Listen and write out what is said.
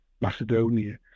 Macedonia